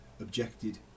objected